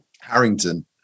Harrington